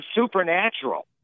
supernatural